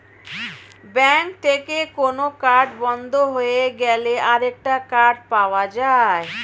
bank থেকে কোন card বন্ধ হয়ে গেলে আরেকটা কার্ড পাওয়া যায়